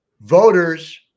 voters